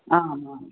आम् आम्